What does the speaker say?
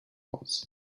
was